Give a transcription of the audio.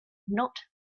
not